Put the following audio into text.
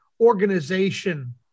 organization